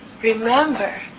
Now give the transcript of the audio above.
remember